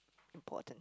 important